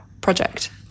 project